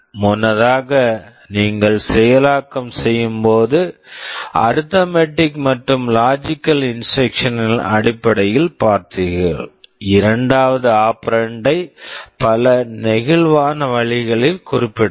முன்னதாக நீங்கள் செயலாக்கம் செய்யும் போது அரித்மெட்டிக் மற்றும் logical instructions arithmetic and logic instructions களின் அடிப்படையில் பார்த்தீர்கள் இரண்டாவது ஆபெரண்ட் operand ஐ பல நெகிழ்வான வழிகளில் குறிப்பிடலாம்